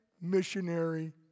missionary